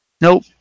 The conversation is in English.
Nope